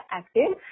active